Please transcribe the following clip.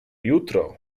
jutro